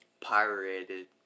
pirated